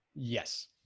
yes